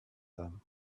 them